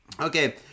Okay